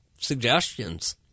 suggestions